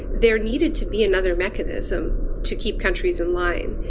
there needed to be another mechanism to keep countries in line.